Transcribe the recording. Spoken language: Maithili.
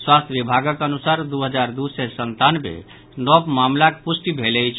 स्वास्थ्य विभागक अनुसार दू हजार दू सय संतानवे नव मामिलाक पुष्टि भेल अछि